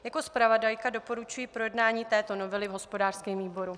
Jako zpravodajka doporučuji projednání této novely v hospodářském výboru.